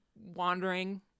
wandering